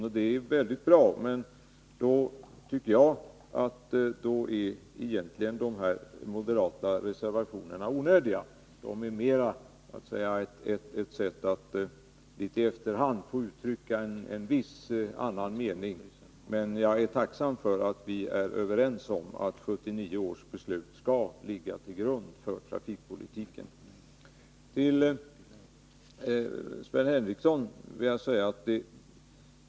Det är bra, men då tycker jag att moderatreservationerna egentligen är onödiga. De är mera ett sätt att litet i efterhand uttrycka en viss annan mening. Men jag är tacksam för att vi är överens om att 1979 års beslut skall ligga till grund för trafikpolitiken.